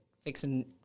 fixing